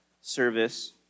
service